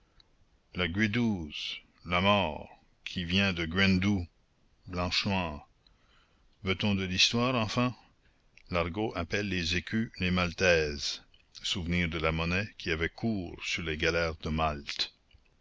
la guédouze la mort qui vient de guenn du blanche noire veut-on de l'histoire enfin l'argot appelle les écus les maltèses souvenir de la monnaie qui avait cours sur les galères de malte